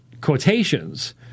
quotations